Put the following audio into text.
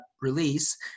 release